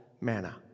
manna